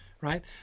right